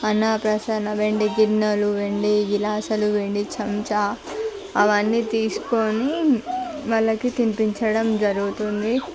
అన్నప్రాసన వెండి గిన్నెలు వెండి ఇలా అసలు వెండి చెంచా అవన్నీ తీసుకొని వాళ్ళకి తినిపించడం జరుగుతుంది